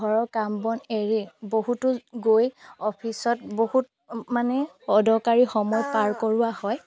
ঘৰৰ কাম বন এৰি বহুতো গৈ অফিচত বহুত মানে অদকাৰী সময় পাৰ কৰোৱা হয়